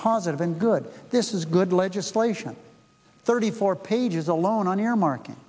positive and good this is good legislation thirty four pages alone on earmark